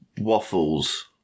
waffles